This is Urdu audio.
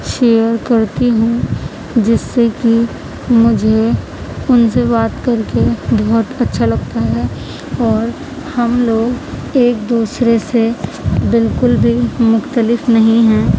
شیئر کرتی ہوں جس سے کہ مجھے ان سے بات کر کے بہت اچھا لگتا ہے اور ہم لوگ ایک دوسرے سے بالکل بھی مختلف نہیں ہیں